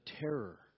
terror